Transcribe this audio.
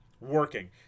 working